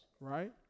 right